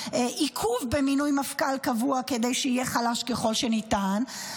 עיכוב במינוי מפכ"ל קבוע כדי שיהיה חלש ככל שניתן,